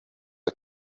are